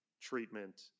treatment